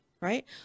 right